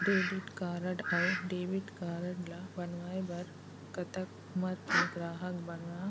credit card अऊ debit card ला बनवाए बर कतक उमर के ग्राहक बनवा